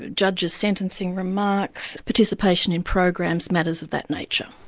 judges' sentencing remarks, participation in programs, matters of that nature.